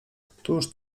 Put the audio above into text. któż